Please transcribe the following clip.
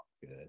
Good